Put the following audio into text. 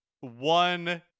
one